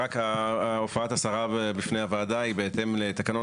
הופעת השרה בפני הוועדה היא בהתאם לתקנון